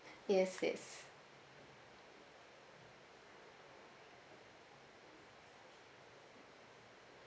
yes yes